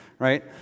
right